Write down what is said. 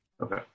Okay